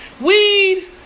Weed